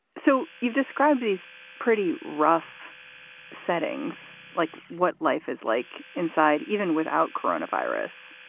so you've described these pretty rough settings like what life is like inside, even without coronavirus.